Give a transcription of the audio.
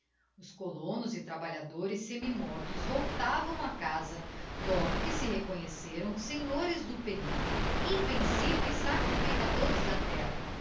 os colonos e trabalhadores semi mortos voltavam á casa logo que se reconheceram senhores do perigo invenciveis sacrificadores da terra